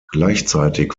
gleichzeitig